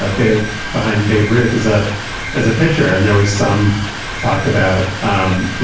ah both behind babe ruth as a as a pitcher. and there was some talk about, um you